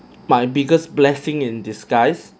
my biggest blessing in disguise